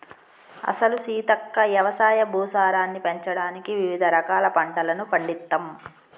అసలు సీతక్క యవసాయ భూసారాన్ని పెంచడానికి వివిధ రకాల పంటలను పండిత్తమ్